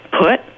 put